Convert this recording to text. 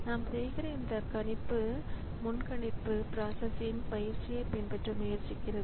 நாம் செய்கிற இந்த கணிப்பு முன்கணிப்பு பிராசஸ்ன் பயிற்சியைப் பின்பற்ற முயற்சிக்கிறது